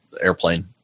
airplane